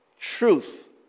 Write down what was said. Truth